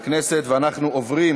הכנסת להעביר